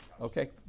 Okay